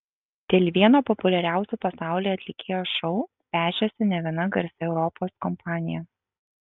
dėl vieno populiariausių pasaulyje atlikėjo šou pešėsi ne viena garsi europos kompanija